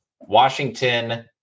Washington